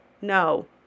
no